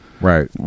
Right